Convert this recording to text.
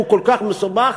שהוא כל כך מסובך,